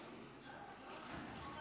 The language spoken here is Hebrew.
(תיקון,